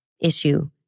issue